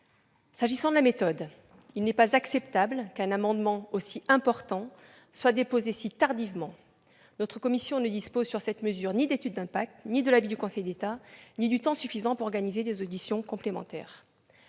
S'agissant de la méthode, il n'est pas acceptable qu'un amendement aussi important soit déposé aussi tardivement. Notre commission ne dispose sur cette mesure ni d'étude d'impact, ni de l'avis du Conseil d'État, ni du temps suffisant pour organiser des auditions complémentaires.